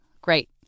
Great